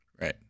Right